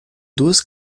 duas